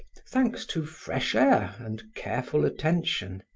thanks to fresh air and careful attention.